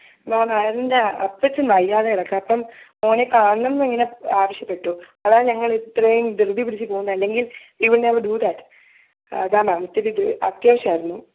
മാം ആരോൺൻ്റെ അപ്പച്ചൻ വയ്യാതെ കിടക്കുക അപ്പം മോനെ കാണണംന്നിങ്ങനെ ആവശ്യപ്പെട്ടു അതാ ഞങ്ങളിത്രേം ധൃതി പിടിച്ചു പോകുന്നത് അല്ലെങ്കിൽ ഇവനെ വിടൂല്ല അതാ മാം ഇത്തിരി ദൂ അത്യാവശ്യമായിരുന്നു